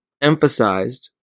emphasized